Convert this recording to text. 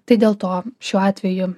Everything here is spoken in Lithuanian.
tai dėl to šiuo atveju